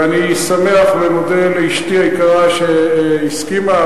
ואני שמח ומודה לאשתי היקרה שהסכימה,